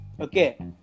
Okay